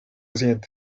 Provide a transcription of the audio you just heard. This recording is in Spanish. siento